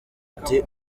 ati